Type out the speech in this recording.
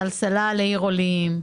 סלסלה לעיר עולים.